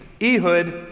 Ehud